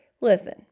Listen